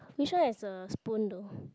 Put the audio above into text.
which one has a spoon though